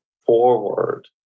forward